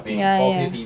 ya ya